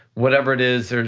whatever it is,